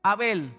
Abel